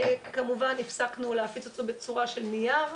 כמובן הפסקנו להפיץ אותו בצורה של נייר,